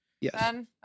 Yes